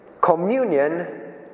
communion